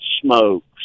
smokes